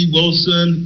Wilson